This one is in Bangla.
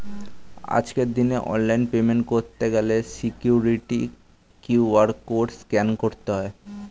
আজকের দিনে অনলাইনে পেমেন্ট করতে গেলে সিকিউরিটি কিউ.আর কোড স্ক্যান করতে হয়